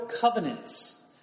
covenants